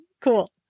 cool